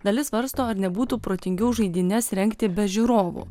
dalis svarsto ar nebūtų protingiau žaidynes rengti be žiūrovų